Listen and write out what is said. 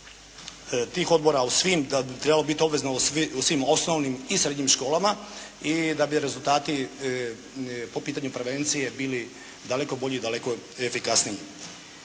tih odbora u svim, da bi trebalo biti obvezno u svim osnovnim i srednjim školama i da bi rezultati po pitanju prevencije bili daleko bolji i daleko efikasniji.